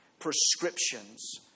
prescriptions